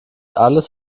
alles